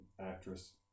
actress